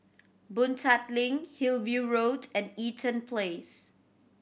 Boon Tat Link Hillview Road and Eaton Place